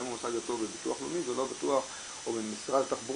גם אם הוא עשה את זה טוב בביטוח לאומי או במשרד התחבורה,